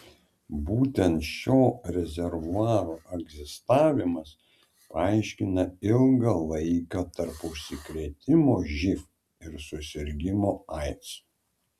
būtent šio rezervuaro egzistavimas paaiškina ilgą laiką tarp užsikrėtimo živ ir susirgimo aids